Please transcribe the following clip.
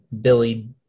billy